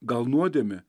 gal nuodėmė